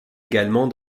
également